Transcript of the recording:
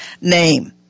name